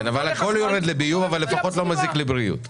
הכול יורד לביוב אבל לפחות לא מזיק לבריאות.